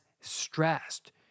stressed